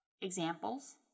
examples